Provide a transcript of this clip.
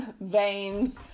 veins